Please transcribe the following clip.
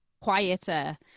quieter